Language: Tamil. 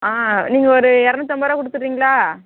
நீங்கள் ஒரு இருநூத்தம்பது ரூபா கொடுத்துர்றீங்களா